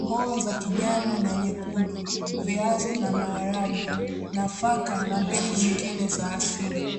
hoho za kijani na nyekundu, viazi na maharage, nafaka na mbegu zingine za asili.